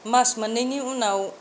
मास मोननैनि उनाव